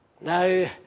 Now